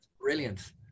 brilliant